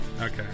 Okay